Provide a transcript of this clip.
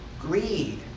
Greed